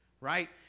right